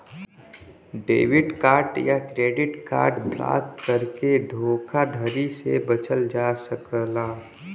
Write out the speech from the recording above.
debit card या credit card block करके धोखाधड़ी से बचल जा सकला